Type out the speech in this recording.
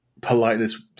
politeness